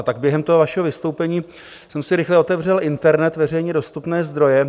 Tak během vašeho vystoupení jsem si rychle otevřel internet, veřejně dostupné zdroje.